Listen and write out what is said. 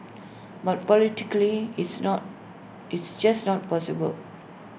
but politically it's not it's just not possible